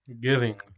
Giving